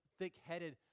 thick-headed